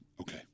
Okay